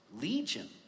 Legion